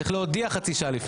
צריך להודיע חצי שעה לפני.